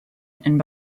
and